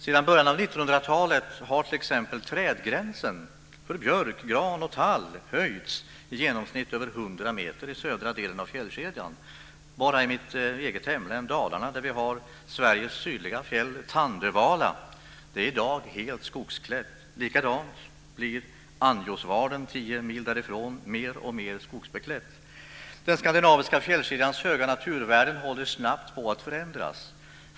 Sedan början av 1900-talet har t.ex. trädgränsen för björk, gran och tall höjts i genomsnitt över 100 meter i södra delen av fjällkedjan. Bara i mitt eget hemlän Dalarna är Sveriges sydligaste fjäll Tandövala i dag helt skogklätt. På samma sätt blir Anjosvarden tio mil därifrån mer och mer skogbeklätt. Den skandinaviska fjällkedjans höga naturvärde håller snabbt på att förändras.